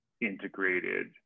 integrated